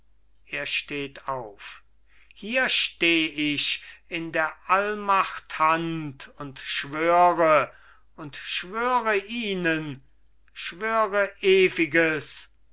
er steht auf hier steh ich in der allmacht hand und schwöre und schwöre ihnen schwöre ewiges